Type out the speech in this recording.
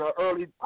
early